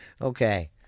Okay